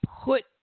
put